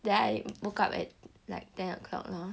that I woke up at like ten o'clock lor